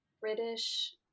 British